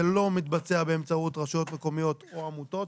זה לא מתבצע באמצעות רשויות מקומיות או עמותות.